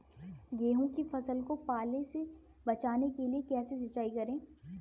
गेहूँ की फसल को पाले से बचाने के लिए कैसे सिंचाई करें?